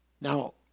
Now